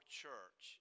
church